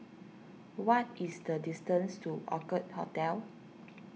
what is the distance to Orchid Hotel